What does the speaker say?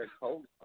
cold